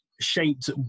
shaped